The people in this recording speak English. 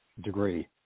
degree